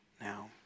now